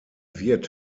wird